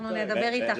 אנחנו נדבר איתך,